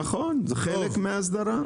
נכון, זה חלק מההסדרה.